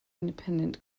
independent